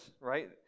right